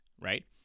right